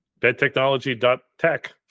Bedtechnology.tech